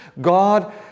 God